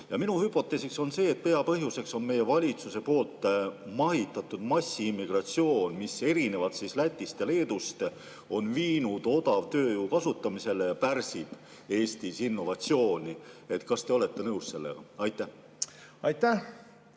Minu hüpotees on see, et peapõhjus on meie valitsuse mahitatud massiimmigratsioon, mis erinevalt Lätist ja Leedust on viinud [majanduse] odavtööjõu kasutamisele ja pärsib Eestis innovatsiooni. Kas te olete nõus sellega? Aitäh,